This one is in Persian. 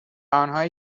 آنهایی